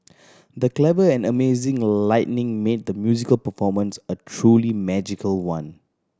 the clever and amazing a lighting made the musical performance a truly magical one